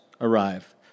arrive